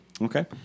Okay